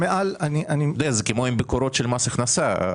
זה כמו עם ביקורות של מס הכנסה.